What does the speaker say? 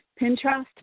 Pinterest